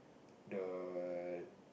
the